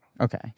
Okay